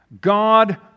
God